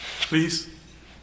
Please